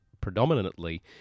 predominantly